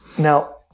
Now